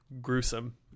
gruesome